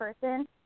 person